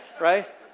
Right